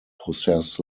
possess